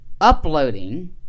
uploading